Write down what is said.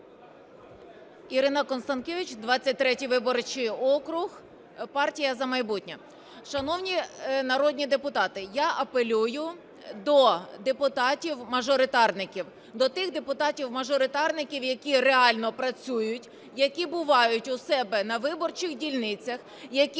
Ірина Констанкевич, 23 виборчий округ, партія "За майбутнє". Шановні народні депутати, я апелюю до депутатів-мажоритарників, до тих депутатів-мажоритарників, які реально працюють, які бувають у себе на виборчих дільницях, які